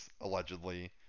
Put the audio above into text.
allegedly